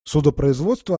судопроизводство